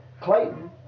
Clayton